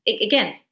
again